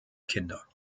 kinder